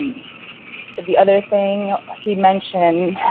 the other thing he mentioned